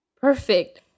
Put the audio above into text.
Perfect